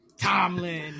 Tomlin